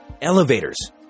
elevators